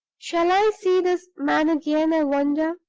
shall i see this man again, i wonder?